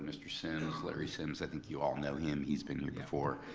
mr. sims, larry sims, i think you all know him. he's been here before.